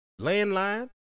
landline